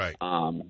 Right